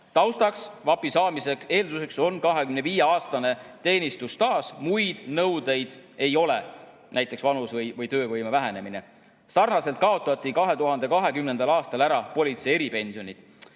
Taustaks: VAP‑i saamise eelduseks on 25‑aastane teenistusstaaž, muid nõudeid, näiteks vanus või töövõime vähenemine, ei ole. Sarnaselt kaotati 2020. aastal ära politsei eripensionid.